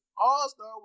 All-Star